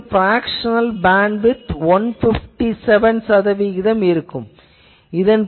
மேலும் fractional bandwidth 157 சதவிகிதம் ஆகும்